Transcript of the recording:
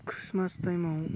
Christmas time आव